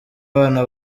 abana